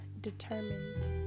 determined